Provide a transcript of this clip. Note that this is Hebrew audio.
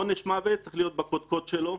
עונש מוות צריך להיות בקודקוד שלו,